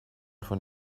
von